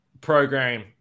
program